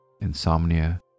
insomnia